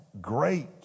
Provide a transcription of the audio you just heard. great